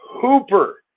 Hooper